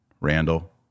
Randall